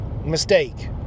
mistake